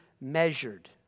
measured